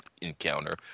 encounter